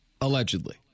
Allegedly